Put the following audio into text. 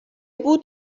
بود